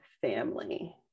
family